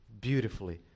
beautifully